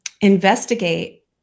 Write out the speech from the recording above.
investigate